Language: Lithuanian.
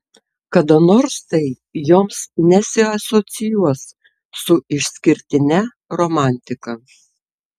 kada nors tai joms nesiasocijuos su išskirtine romantika